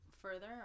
further